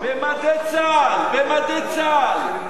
במדי צה"ל, במדי צה"ל.